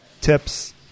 tips